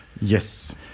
yes